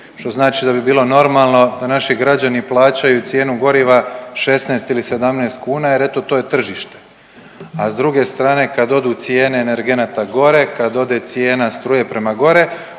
što znači da bi bilo normalno da naši građani plaćaju cijenu goriva 16 ili 17 kuna jer eto to je tržište. A s druge strane kad odu cijene energenata gore, kad ode cijena struje prema gore